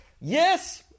Yes